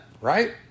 right